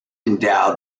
endowed